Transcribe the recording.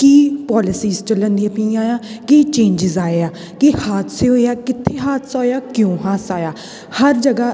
ਕੀ policies ਚੱਲਣ ਦੀਆਂ ਪਈਆਂ ਆ ਕੀ ਚੇਂਜਿਸ ਆਏ ਆ ਕੀ ਹਾਦਸੇ ਹੋਏ ਆ ਕਿੱਥੇ ਹਾਦਸਾ ਹੋਇਆ ਕਿਉਂ ਹਾਦਸਾ ਹੋਇਆ ਹਰ ਜਗ੍ਹਾ